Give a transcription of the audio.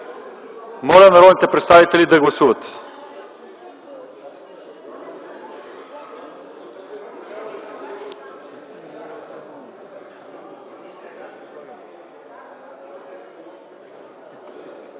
Моля народните представители да гласуват.